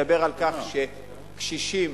מדברת על הכפלת סכום הכסף שקשישים